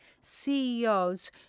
CEOs